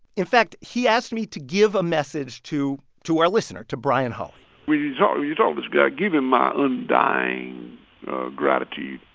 in fact, he asked me to give a message to to our listener to brian hawley so you know this guy give him my undying gratitude.